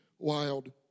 wild